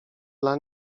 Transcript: dla